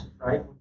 right